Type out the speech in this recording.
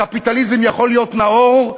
קפיטליזם יכול להיות נאור,